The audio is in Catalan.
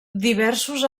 diversos